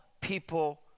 people